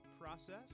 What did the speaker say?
process